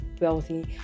wealthy